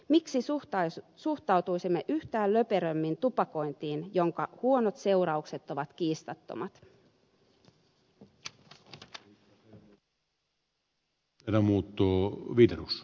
miksi suhtautuisimme yhtään löperömmin tupakointiin jonka huonot seuraukset ovat kiistattomat